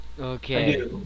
Okay